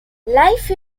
life